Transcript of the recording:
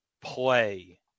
play